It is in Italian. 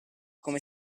come